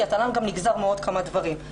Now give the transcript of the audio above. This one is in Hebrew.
כי התל"ן נגזר גם מעוד כמה דברים.